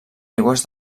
aigües